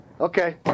Okay